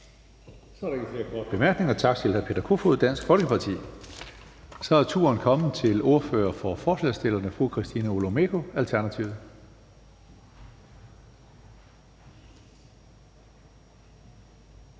Så er der ikke flere korte bemærkninger. Tak til hr. Peter Kofod, Dansk Folkeparti. Så er turen kommet til ordføreren for forslagsstillerne, fru Christina Olumeko, Alternativet.